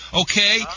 Okay